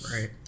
Right